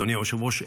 אדוני היושב-ראש,